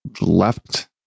left